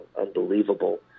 unbelievable